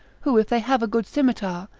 who if they have a good scimitar,